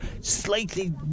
slightly